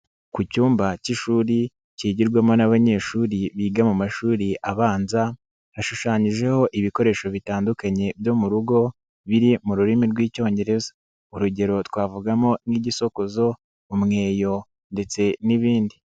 Ku cyumba cy'ishuri cyigirwamo n'abanyeshuri biga mu mashuri abanza hashushanyijeho ibikoresho bitandukanye byo mu rugo biri mu rurimi rw'icyongereza urugero twavugamo nk'igisokozo, umweyo, ndetse n'ibindi.